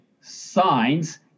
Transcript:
signs